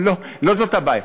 לא זאת הבעיה.